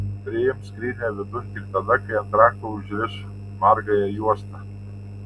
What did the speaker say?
priims skrynią vidun tik tada kai ant rakto užriš margąją juostą